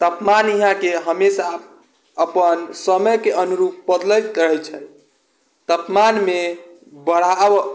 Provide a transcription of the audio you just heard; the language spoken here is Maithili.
तापमान यहाँके हमेशा अपन समयके अनुरूप बदलैत रहै छै तापमानमे बढ़ाव